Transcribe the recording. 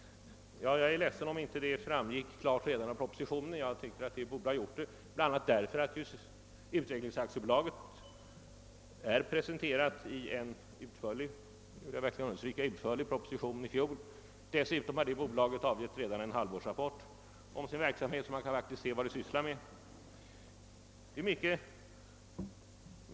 Jag är ledsen om detta inte klart framgått redan av propositionen. Jag tycker att det borde ha gjort det, bland annat därför att Utvecklingsaktiebolaget blev utförligt presenterat i propositionen i fjol — det vill jag understryka. Dessutom har detta bolag redan avgivit en halvårsrapport om sin verksamhet, så man kan faktiskt se vad det sysslar med.